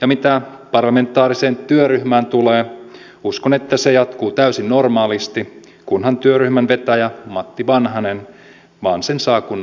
ja mitä parlamentaariseen työryhmään tulee uskon että se jatkuu täysin normaalisti kunhan työryhmän vetäjä matti vanhanen vain sen saa kunnolla aktivoitua